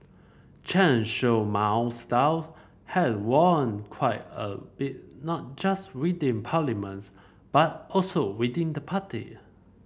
Chen Show Mao's style has waned quite a bit not just within parliaments but also within the party